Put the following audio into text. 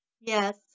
yes